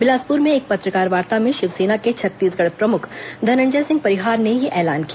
बिलासपुर में एक पत्रकारवार्ता में शिवसेना के छत्तीसगढ़ प्रमुख धनंजय सिंह परिहार ने यह ऐलान किया